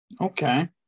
Okay